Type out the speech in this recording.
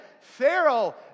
Pharaoh